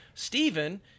Stephen